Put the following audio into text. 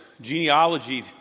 genealogy